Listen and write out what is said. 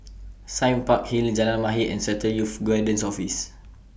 Sime Park Hill Jalan Mahir and Central Youth Guidance Office